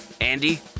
Andy